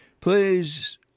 please